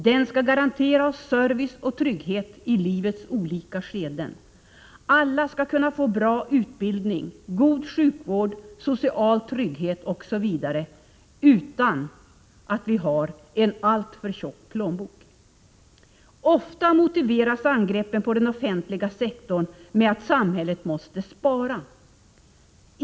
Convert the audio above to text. Den skall garantera oss service och trygghet i livets olika skeden. Alla skall kunna få bra utbildning, god sjukvård, social trygghet, osv. utan att de har en tjock plånbok. Ofta motiveras angreppen på den offentliga sektorn med att samhället måste spara.